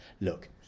look